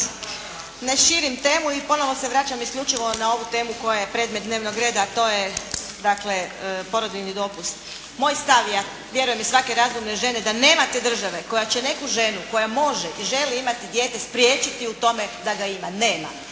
Ne širim temu i ponovo se vraćam isključivo na ovu temu koja je predmet dnevnog reda, a to je dakle porodiljni dopust. Moj stav je, vjerujem i svake razumne žene, da nema te države koja će neku ženu koja može i želi imati dijete, spriječiti u tome da ga ima. Nema.